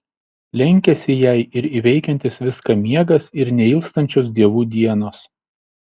lenkiasi jai ir įveikiantis viską miegas ir neilstančios dievų dienos